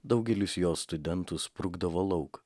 daugelis jo studentų sprukdavo lauk